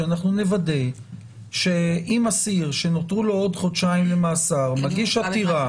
שאנחנו נוודא שאם אסיר שנותרו לו עוד חודשיים למאסר מגיש עתירה,